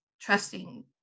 trusting